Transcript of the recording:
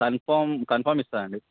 confirm confirm ఇస్తుంది అండి